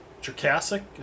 Jurassic